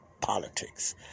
politics